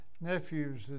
nephews